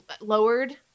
lowered